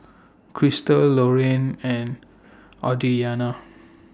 Crystal Loraine and Audrianna